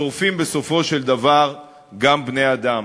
שורפים בסופו של דבר גם בני-אדם.